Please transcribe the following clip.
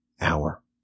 hour